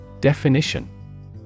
Definition